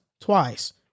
twice